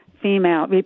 female